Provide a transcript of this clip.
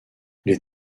les